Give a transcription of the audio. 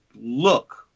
look